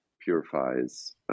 purifies